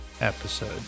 episode